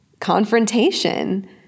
confrontation